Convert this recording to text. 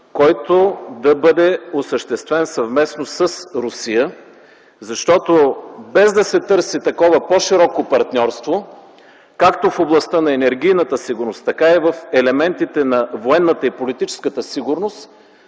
който да бъде осъществен съвместно с Русия. Без да се търси такова по-широко партньорство както в областта на енергийната сигурност, така и в елементите на военната и политическата сигурност,